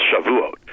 Shavuot